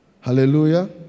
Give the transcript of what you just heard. Hallelujah